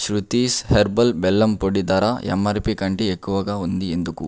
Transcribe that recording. Shruti's herbal బెల్లం పొడి ధర ఎమ్ఆర్పి కంటే ఎక్కువగా ఉంది ఎందుకు